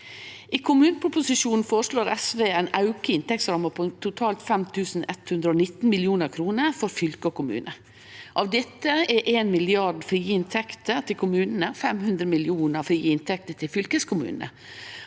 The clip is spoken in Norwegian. I kommuneproposisjonen føreslår SV ein auke i inntektsramma på totalt 5 119 mill. kr for fylke og kommune. Av dette er 1 mrd. kr frie inntekter til kommunane og 500 mill. kr frie inntekter til fylkeskommunane.